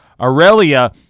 Aurelia